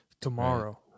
tomorrow